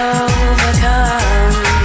overcome